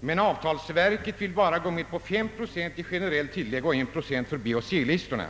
Men Avtalsverket vill bara gå med på fem procent i generella tillägg och en procent för B och C-listorna.